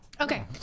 Okay